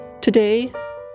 Today